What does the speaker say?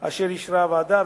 אשר אישרה הוועדה.